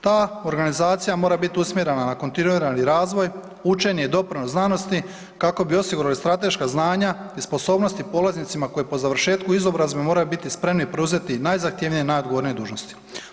Ta organizacija mora bit usmjerena na kontinuirani razvoj, učenje i doprinos znanosti kako bi osigurali strateška znanja i sposobnosti polaznicima koji po završetku izobrazbe moraju biti spremni preuzeti najzahtjevnije i najodgovornije dužnosti.